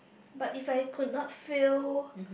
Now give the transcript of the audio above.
but if I could not fail